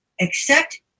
accept